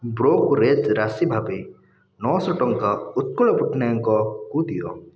brokerage ରାଶି ଭାବେ ନଅଶହ ଟଙ୍କା ଉତ୍କଳ ପଟ୍ଟନାୟକଙ୍କ ଙ୍କୁ ଦିଅ